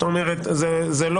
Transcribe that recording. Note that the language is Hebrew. לישיבה הבאה.